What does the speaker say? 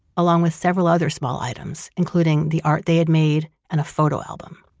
along with several other small items, including the art they had made and a photo album.